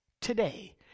today